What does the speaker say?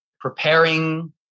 preparing